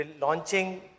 launching